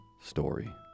story